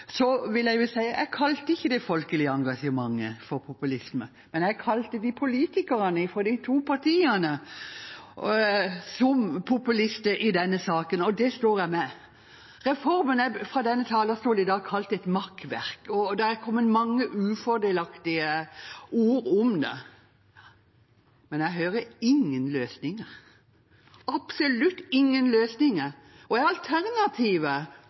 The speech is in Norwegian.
folkelige engasjementet for populisme, men jeg betegnet politikerne fra de to partiene som populister i denne saken, og det står jeg ved. Reformen er fra denne talerstolen i dag kalt et makkverk, og det er kommet mange ufordelaktige ord om den. Men jeg hører ingen løsninger – absolutt ingen løsninger. Hva er alternativet